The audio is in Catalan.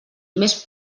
més